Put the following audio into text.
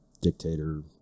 dictator